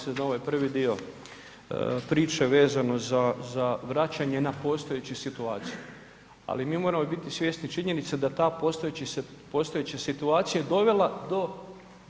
Slažem se da ovaj prvi dio priče vezano za vraćanje na postojeću situaciju, ali mi moramo biti svjesni činjenice da je ta postojeća situacija dovela do